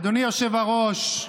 אדוני היושב-ראש,